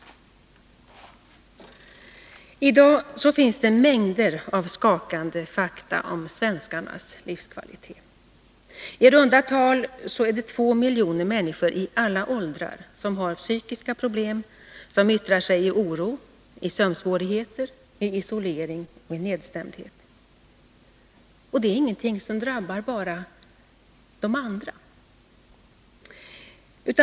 I dag finns det mängder av skakande fakta om svenskarnas livskvalitet. I runda tal har två miljoner människor i alla åldrar psykiska problem som yttrar sig i oro, sömnsvårigheter, isolering och nedstämdhet. Det är ingenting som bara drabbar ”de andra”.